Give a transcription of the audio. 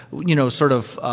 you know, sort of